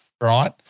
right